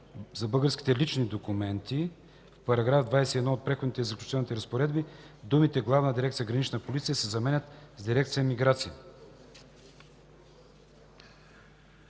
за българските лични документи в § 21 от Преходните и заключителни разпоредби думите „Главна дирекция „Гранична полиция” се заменят с „Дирекция „Миграция”.”